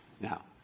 Now